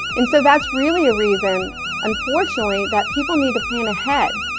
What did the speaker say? and so that's really a reason unfortunately that people need to plan ahead.